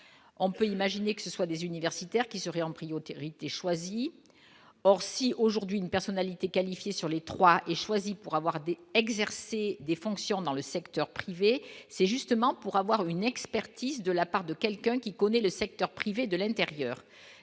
on peut imaginer que ce soit des universitaires qui seraient en priorité choisie, or si aujourd'hui une personnalité qualifiée sur les trois et choisi pour avoir des exercer des fonctions dans le secteur privé, c'est justement pour avoir une expertise de la part de quelqu'un qui connaît le secteur privé, de l'Intérieur,